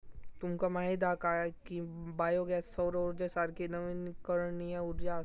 तुमका माहीत हा काय की बायो गॅस सौर उर्जेसारखी नवीकरणीय उर्जा असा?